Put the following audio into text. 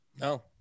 No